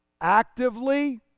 Actively